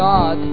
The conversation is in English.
God